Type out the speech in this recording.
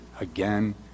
again